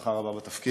והצלחה רבה בתפקיד.